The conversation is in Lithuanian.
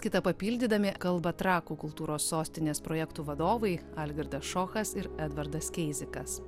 kitą papildydami kalba trakų kultūros sostinės projektų vadovai algirdas šochas ir edvardas keizikas